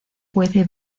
puede